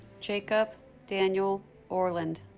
jacob daniel orland